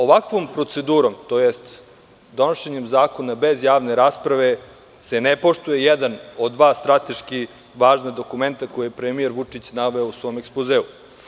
Ovakvom procedurom, to jest donošenjem zakona bez javne rasprave, se ne poštuje jedan od dva strateški važna dokumenta koje je premijer Vučić naveo u svom ekspozeu.